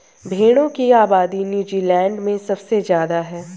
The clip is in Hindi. भेड़ों की आबादी नूज़ीलैण्ड में सबसे ज्यादा है